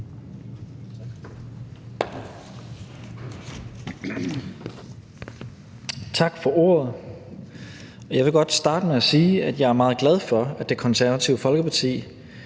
Tak for ordet. Jeg vil godt starte med at sige, at jeg er meget glad for, at Det Konservative Folkeparti